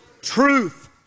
truth